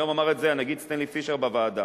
היום אמר את זה הנגיד סטנלי פישר בוועדה.